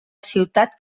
ciutat